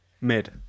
mid